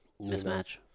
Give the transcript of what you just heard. Mismatch